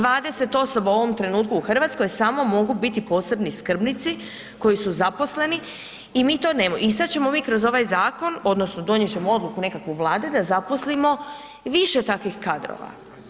20 osoba u ovom trenutku u Hrvatskoj samo mogu biti posebni skrbnici koji su zaposleni i mi to ... i sad ćemo mi kroz zakon odnosno donijet ćemo odluku nekakvu Vladi da zaposlimo više takvih kadrova.